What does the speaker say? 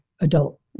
adult